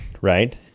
Right